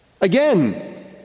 Again